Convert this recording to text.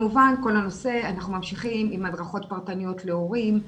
אנחנו ממשיכים עם הדרכות פרטניות להורים,